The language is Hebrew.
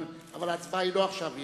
אבל ההצבעה היא לא עכשיו.